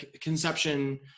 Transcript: conception